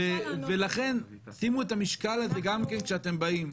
ולכן שימו את המשקל הזה גם כן כשאתם באים.